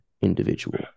individual